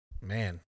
Man